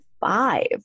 five